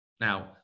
Now